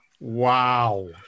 Wow